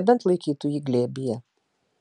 nebent laikytų jį glėbyje